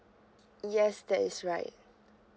yes that is right